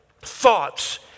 thoughts